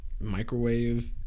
Microwave